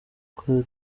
kure